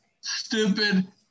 stupid